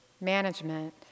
management